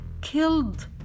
killed